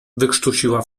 wykrztusiła